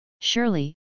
Surely